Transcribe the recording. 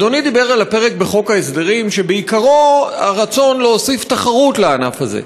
אדוני דיבר על הפרק בחוק ההסדרים שבעיקרו הרצון להוסיף תחרות לענף הזה,